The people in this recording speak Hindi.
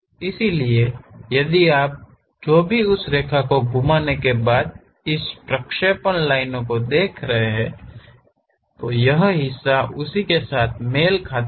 इसलिए यदि आप जो भी उस रेखा को घूमाने के बाद इस प्रक्षेपण लाइनों को देख रहे हैं यह हिस्सा उसी के साथ मेल खाता है